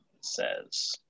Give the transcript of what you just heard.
says